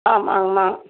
ஆமாங்கம்மா